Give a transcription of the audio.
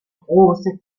große